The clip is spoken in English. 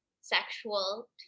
sexual